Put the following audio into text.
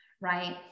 right